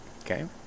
Okay